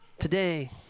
Today